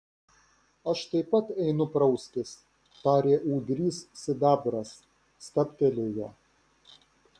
aš taip pat einu praustis tarė ūdrys sidabras stabtelėjo